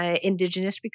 Indigenous